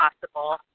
possible